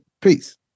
peace